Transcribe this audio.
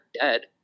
dead